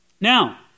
Now